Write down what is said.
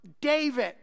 David